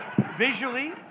Visually